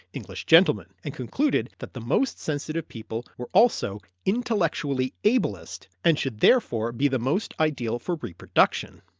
english gentlemen, and concluded that the most sensitive people were also intellectually ablest and should therefore be the most ideal for reproduction.